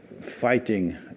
fighting